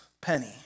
penny